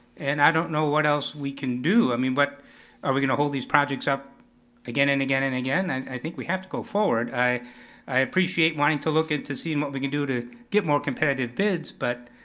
and i don't know what else we can do. i mean but are we gonna hold these projects up again and again and again? and i think we have to go forward. i i appreciate wanting to look into seeing what we can do to get more competitive bids, but,